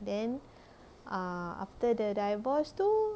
then ah after the divorce tu